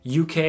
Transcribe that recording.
UK